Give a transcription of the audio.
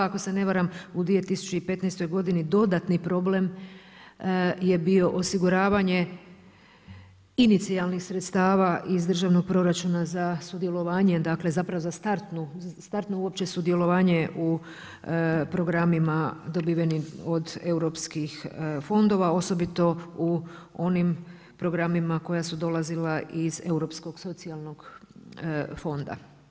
Ako se ne varam u 2015. godini dodatni problem je bio osiguravanje inicijalnih sredstava iz državnog proračuna za sudjelovanje dakle zapravo za startno uopće sudjelovanje u programima dobivenim od europskih fondova osobito u onim programima koja su dolazila iz europskog socijalnog fonda.